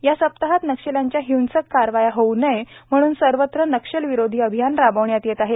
या सप्ताहात नक्षल्यांच्या हिंसक कारवाया होऊ नये म्हणून सर्वत्र नक्षलविरोधी अभियान राबविण्यात येत आहे